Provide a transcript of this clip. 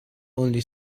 only